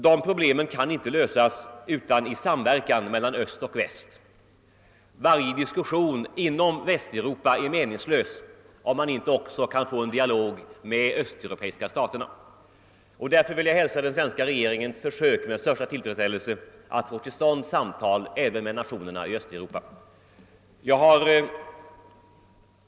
Dessa problem, måste lösas i samverkan mellan Öst och Väst. Varje diskussion inom Västeuropa är meningslös om det inte går att få till stånd en dialog med de östeuropeiska staterna.